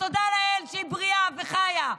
שתודה לאל שהיא בריאה וחיה.